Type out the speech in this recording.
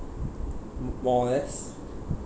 m~ more or less